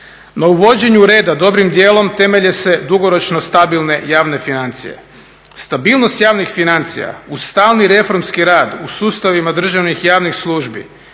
No u vođenju reda dobrim dijelom temelje se dugoročne stabilne javne financije. Stabilnost javnih financija uz stalni reformski rad u sustavima državnih javnih službi,